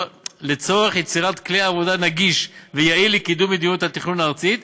לצורך יצירת כלי עבודה נגיש ויעיל לקידום מדיניות התכנון הארצית,